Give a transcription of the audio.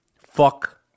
fuck